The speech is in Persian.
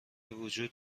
وجود